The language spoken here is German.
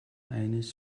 eines